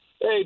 Hey